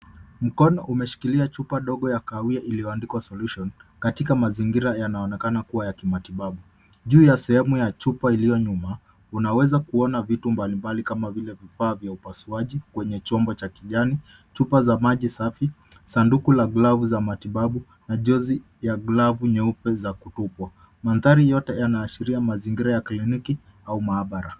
Mkono umeshikilia chupa ndogo ya kahawia iliyoandikwa Solution[ cs] katika mazingira yanayoonekana kuwa ya kimatibabu. Juu ya sehemu ya chupa iliyo nyuma, unaweza kuona vitu mbalimbali kama vile vifaa vya upasuaji kwenye chombo cha kijani, chupa za maji safi sanduku la glavu za matibabu na jozi ya glavu nyeupe za kutupwa. Mandhari yote yanaashiria mazingira ya kliniki au maabara.